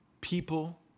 people